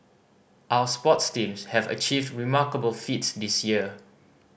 our sports teams have achieved remarkable feats this year